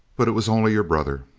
but it was only your brother.